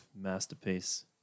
masterpiece